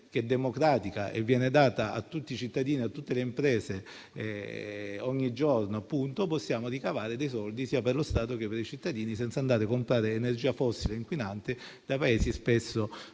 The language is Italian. che è democratica e viene data a tutti i cittadini e a tutte le imprese ogni giorno, possiamo ricavare soldi sia per lo Stato che per i cittadini, senza andare a comprare energia fossile inquinante da Paesi spesso